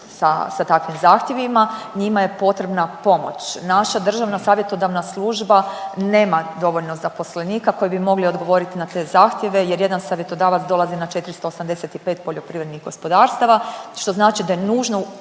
sa takvim zahtjevima, njima je potrebna pomoć. Naša državna savjetodavna služba nema dovoljno zaposlenika koji bi mogli odgovoriti na te zahtjeve jer jedan savjetodavac dolazi na 485 poljoprivrednih gospodarstava što znači da je nužno uključiti